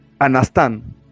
understand